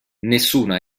nessuna